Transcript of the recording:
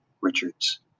Richards